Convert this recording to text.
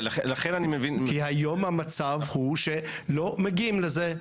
כי היום המצב הוא שלא מגיעים לזה.